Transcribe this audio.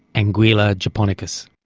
anguilla japonicus.